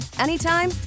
anytime